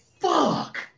Fuck